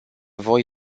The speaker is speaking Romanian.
voi